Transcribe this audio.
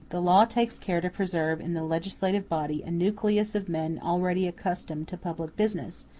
the law takes care to preserve in the legislative body a nucleus of men already accustomed to public business,